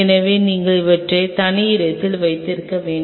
எனவே நீங்கள் அவற்றை தனி இடங்களில் வைத்திருக்க வேண்டும்